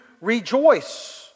rejoice